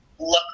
look